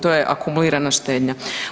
To je akumulirana štednja.